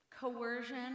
coercion